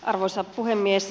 arvoisa puhemies